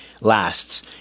lasts